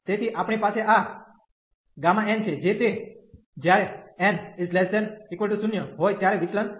તેથી આપણી પાસે આ Γ છે જે તે જ્યારે n≤0 હોઈ ત્યારે વિચલન થાય છે